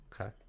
okay